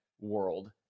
world